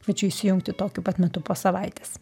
kviečiu įsijungti tokiu pat metu po savaitės